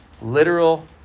literal